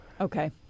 Okay